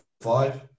five